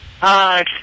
Hi